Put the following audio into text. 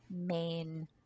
main